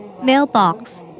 Mailbox